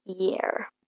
year